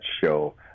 show